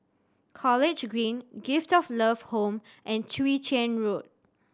College Green Gift of Love Home and Chwee Chian Road